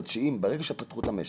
ברגע שפתחו את המשק,